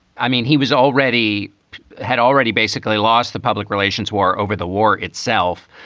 i mean, he was already had already basically lost the public relations war over the war itself.